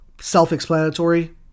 self-explanatory